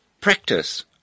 Practice